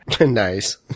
Nice